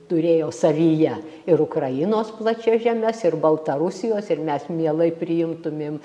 turėjo savyje ir ukrainos plačias žemes ir baltarusijos ir mes mielai priimtumėm